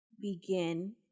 begin